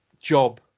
job